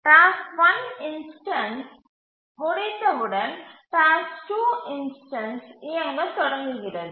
task 1 instance முடிந்தவுடன் task 2 instance இயங்கத் தொடங்குகிறது